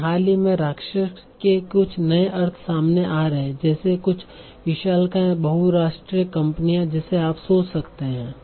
लेकिन हाल ही में राक्षस के कुछ नए अर्थ सामने आ रहे हैं जैसे कुछ विशालकाय बहुराष्ट्रीय कंपनियां जिससे आप सोच सकते हैं